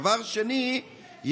דבר שני,